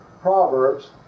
Proverbs